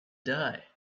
die